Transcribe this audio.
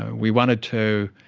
we wanted to